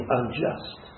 unjust